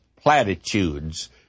platitudes